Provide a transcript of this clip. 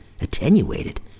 Attenuated